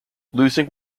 losing